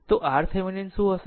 તો RThevenin શું હશે